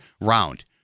round